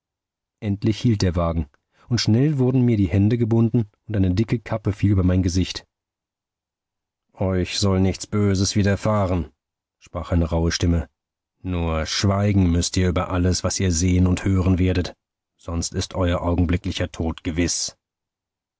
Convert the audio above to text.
endlich hielt der wagen und schnell wurden mir die hände gebunden und eine dicke kappe fiel über mein gesicht euch soll nichts böses widerfahren sprach eine rauhe stimme nur schweigen müßt ihr über alles was ihr sehen und hören werdet sonst ist euer augenblicklicher tod gewiß